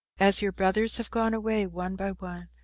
as your brothers have gone away, one by one,